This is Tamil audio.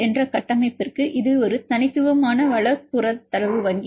என்ற கட்டமைப்பிற்கு இது ஒரு தனித்துவமான வள புரத தரவு வங்கி